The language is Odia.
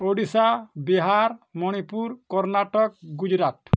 ଓଡ଼ିଶା ବିହାର ମଣିପୁର କର୍ଣ୍ଣାଟକ ଗୁଜୁରାଟ